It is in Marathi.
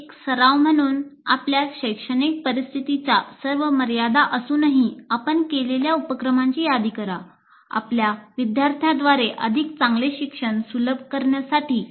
एक सराव म्हणून आपल्या शैक्षणिक परिस्थितीच्या सर्व मर्यादा असूनही आपण केलेल्या उपक्रमांची यादी करा आपल्या विद्यार्थ्यांद्वारे अधिक चांगले शिक्षण सुलभ करण्यासाठी